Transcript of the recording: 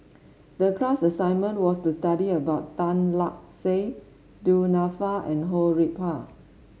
the class assignment was to study about Tan Lark Sye Du Nanfa and Ho Rih Hwa